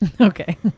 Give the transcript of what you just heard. Okay